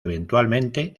eventualmente